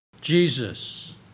Jesus